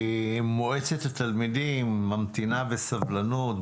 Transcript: מועצת התלמידים ממתינה בסבלנות.